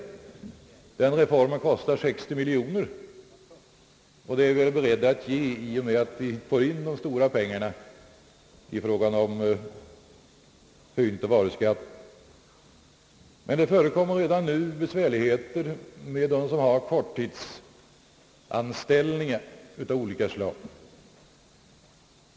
Denna reform kostar 60 miljoner kronor, ett belopp som vi väl alla är beredda att ge i och med att vi får in de stora pengarna genom höjningen av varuskatten. Men det förekommer redan nu besvärligheter med dem som har korttidsanställningar av olika slag.